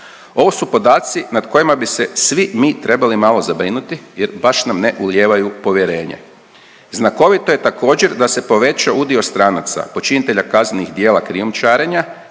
Ovo su podaci nad kojima bi se svi mi trebali malo zabrinuti jer baš nam ne ulijevaju povjerenje. Znakovito je također da se povećao udio stranaca počinitelja kaznenih djela krijumčarenja